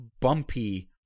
bumpy